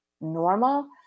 normal